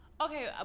Okay